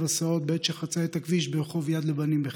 הסעות בעת שחצה את הכביש ברחוב יד לבנים בחיפה.